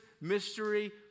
mystery